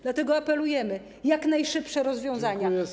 Dlatego apelujemy o jak najszybsze rozwiązania.